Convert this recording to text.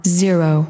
zero